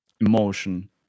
emotion